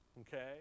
okay